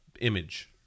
image